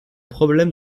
problème